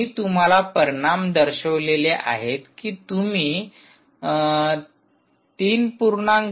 आम्ही तुम्हाला परिणाम दर्शविलेले आहेत की तुम्ही 3